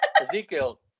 Ezekiel